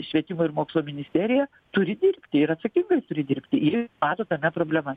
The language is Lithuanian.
švietimo ir mokslo ministerija turi dirbti ir atsakingai turi dirbti jei mato tame problemas